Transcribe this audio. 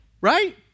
Right